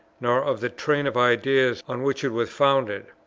nor of the train of ideas on which it was founded.